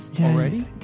already